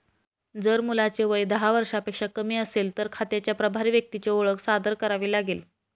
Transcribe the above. जर मुलाचे वय दहा वर्षांपेक्षा कमी असेल, तर खात्याच्या प्रभारी व्यक्तीची ओळख सादर करावी लागेल